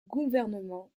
gouvernement